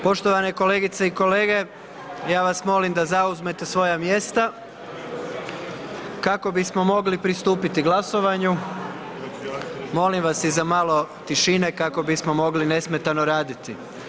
Poštovane kolegice i kolege, Ja vas molim da zauzmete svoja mjesta kako bismo mogli pristupiti glasovanju, molim vas i za malo tišine kako bismo mogli nesmetano raditi.